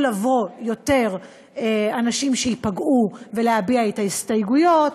לבוא יותר אנשים שייפגעו ולהביע את ההסתייגויות,